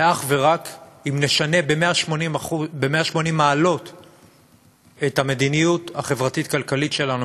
זה אך ורק אם נשנה ב-180 מעלות את המדיניות החברתית-כלכלית שלנו,